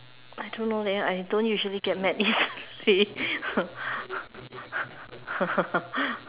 I don't know leh I don't usually get mad easily